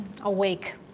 awake